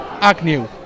Agnew